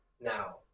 now